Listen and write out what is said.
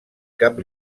cap